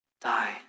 die